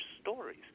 stories